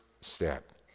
step